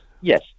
yes